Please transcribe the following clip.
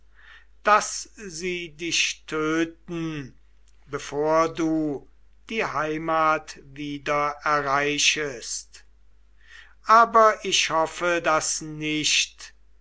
daß sie dich töten bevor du die heimat wieder erreichest aber ich hoffe das nicht